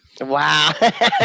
wow